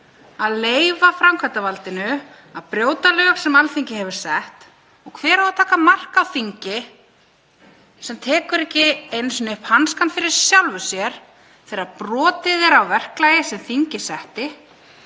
að leyfa framkvæmdarvaldinu að brjóta lög sem Alþingi hefur sett. Hver á að taka mark á þingi sem tekur ekki einu sinni upp hanskann fyrir sjálfu sér þegar brotið er á verklagi sem þingið